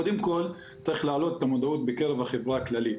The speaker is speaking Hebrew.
קודם כל צריך להעלות את המודעות בקרב החברה הכללית,